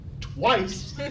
twice